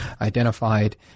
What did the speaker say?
identified